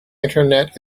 internet